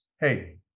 hey